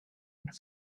and